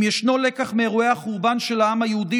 אם ישנו לקח מאירועי החורבן של העם היהודי